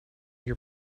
your